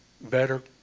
better